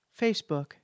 Facebook